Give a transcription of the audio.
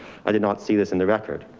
i did not see this in their backyard.